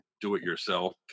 do-it-yourself